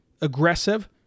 aggressive